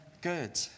good